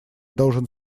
должен